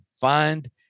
find